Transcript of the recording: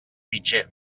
pitxer